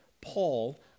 Paul